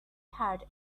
heard